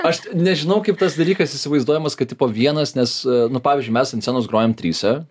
aš nežinau kaip tas dalykas įsivaizduojamas kad tipo vienas nes nu pavyzdžiui mes ant scenos grojam tryse